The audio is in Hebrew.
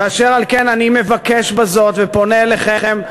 ואשר על כן אני מבקש בזאת ופונה אליכם,